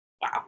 wow